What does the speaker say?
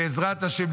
בעזרת השם,